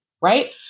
Right